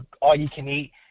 all-you-can-eat